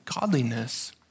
godliness